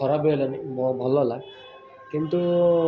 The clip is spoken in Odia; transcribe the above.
ଖରାପ ବି ହେଲାନି ଭଲ ହେଲା କିନ୍ତୁ